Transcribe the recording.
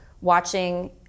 watching